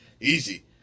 easy